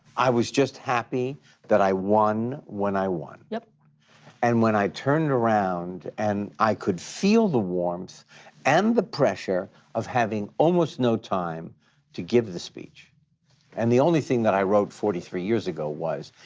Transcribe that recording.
i was just happy that i won when i won. yeah and when i turned around and i could feel the warmth and the pressure of having almost no time to give the speech and the only thing that i wrote forty three years ago was,